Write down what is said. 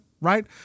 right